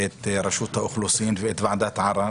את רשות האוכלוסין ואת ועדת הערר